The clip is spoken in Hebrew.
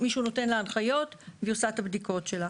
מישהו נותן לה הנחיות והיא עושה את הבדיקות שלה.